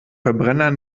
verbrenner